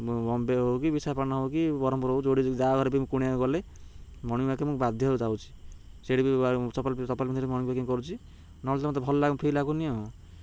ବମ୍ବେ ହେଉ କି ବିଶାଖାପାଟନା ହେଉ କି ବରହମପୁର ହେଉ ଯେଉଁଠି ଯାହା ଘରେ ବି କୁଣିଆ ଘରକୁ ଗଲେ ମର୍ଣ୍ଣିଂ ୱାକରେ ମୁଁ ବାଧ୍ୟ ଯାଉଛି ସେଇଠି ବି ଚପଲ ପିନ୍ଧିକି ମର୍ଣ୍ଣିଂ ୱାକିଂ କରୁଛି ନହେଲେ ତ ମୋତେ ଭଲ ଲାଗ ଫ୍ରୀ ଲାଗୁନି ଆଉ